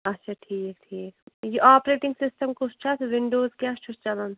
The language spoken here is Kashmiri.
اَچھا ٹھیٖک ٹھیٖک یہِ آپریٚٹِنٛگ سِسٹَم کُس چھُ اَتھ وِنٛڈوٚز کیٛاہ چھُس چَلان